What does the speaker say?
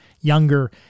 younger